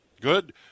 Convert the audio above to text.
Good